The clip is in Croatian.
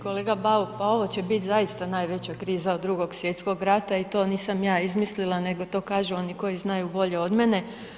Kolega Bauk, pa ovo će bit zaista najveća kriza od Drugog svjetskog rata i to nisam ja izmislila nego to kažu oni koji znaju bolje od mene.